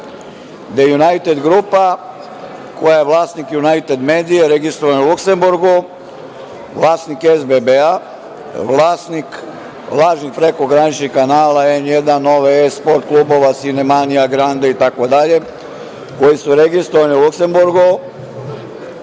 gde "Junajted grupa", koja je vlasnik "Junajted medije", registrovana u Luksemburgu, vlasnik SBB, vlasnik lažnih prekograničnih kanala N1, "Nova S", Sport klubova, "Sinemania", "Grande" itd, koji su registrovane u Luksemburgu,